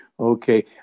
Okay